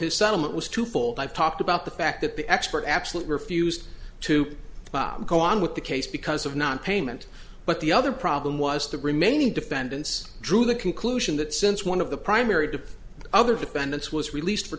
his settlement was twofold i've talked about the fact that the expert absolutely refused to go on with the case because of nonpayment but the other problem was the remaining defendants drew the conclusion that since one of the primary dip other defendants was released for